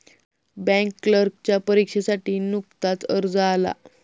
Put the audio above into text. bank क्लर्कच्या परीक्षेसाठी नुकताच अर्ज आला